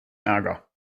ärger